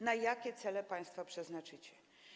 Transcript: Na jakie cele państwo to przeznaczycie?